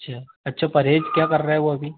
च्छा अच्छा परहेज़ क्या कर रहें वो अभी